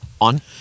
on